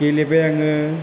गेलेबाय आङो